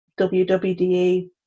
WWDE